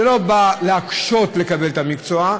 זה לא בא להקשות להתקבל למקצוע,